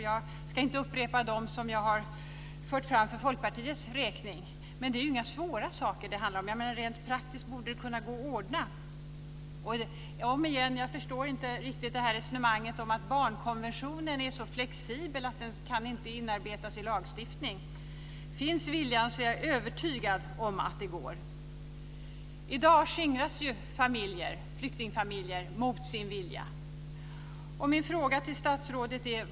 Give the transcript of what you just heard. Jag ska inte upprepa dem som jag har fört fram för Folkpartiets räkning. Men det handlar inte om några svåra saker. Rent praktiskt borde det gå att ordna. Jag förstår inte riktigt resonemanget om att barnkonventionen är så flexibel att den inte kan inarbetas i lagstiftningen. Jag är övertygad om att det går bara viljan finns. I dag skingras flyktingfamiljer.